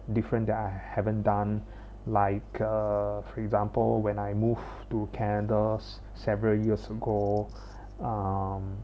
different that I haven't done like uh for example when I move to canada s~ several years ago um